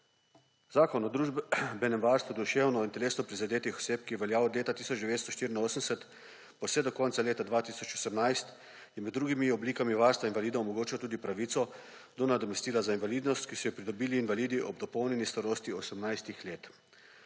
Zakon o družbenem varstvu duševno in telesno prizadetih oseb, ki je veljal od leta 1984 pa vse do konca leta 2018, je med drugimi oblikami varstva invalidov omogočal tudi pravico do nadomestila za invalidnost, ki so jo pridobili invalidi ob dopolnjeni starosti 18 let.